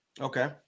Okay